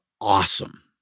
awesome